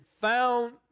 found